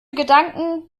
gedanken